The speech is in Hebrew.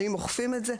האם אוכפים את זה?